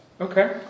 Okay